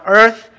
earth